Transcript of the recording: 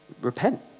repent